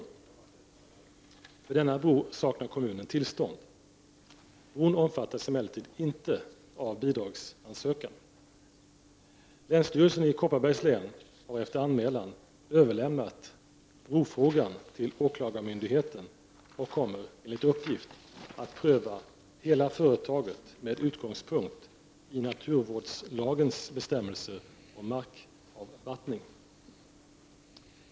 För anläggningen av denna bro saknar kommunen tillstånd. Bron omfattas emellertid inte av bidragsansökan. — Länsstyrelsen i Kopparbergs län har efter anmälan överlämnat ”brofrågan” till åklagarmyndigheten och kommer enligt uppgift att pröva hela företaget med utgångspunkt i naturvårdslagens bestämmelser om markavvattning.